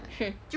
hmm